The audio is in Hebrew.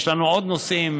יש לנו עוד נושאים,